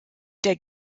der